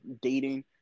dating